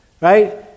right